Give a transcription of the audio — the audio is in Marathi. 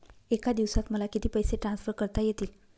एका दिवसात मला किती पैसे ट्रान्सफर करता येतील?